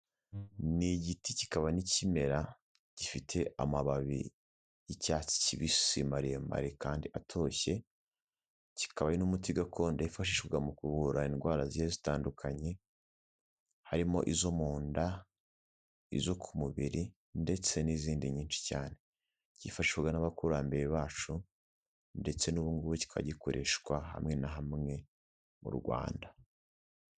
Ni igiti kikaba n'ikimera gifite amababi y'icyatsi kibisi maremare kandi atoshye, kikaba ari n'umuti gakondo wifashishwaga mu kuvura indwara zigiye zitandukanye harimo: izo mu nda, izo ku mubiri ndetse n'izindi nyinshi cyane. Byifashishwaga n'abakurambere bacu ndetse n'ubu ngubu kikaba gikoreshwa hamwe na hamwe mu Rwanda.